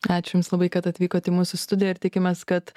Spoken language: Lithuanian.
ačiū jums labai kad atvykot į mūsų studiją ir tikimės kad